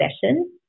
session